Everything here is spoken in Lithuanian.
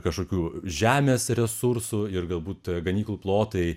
kažkokių žemės resursų ir galbūt ganyklų plotai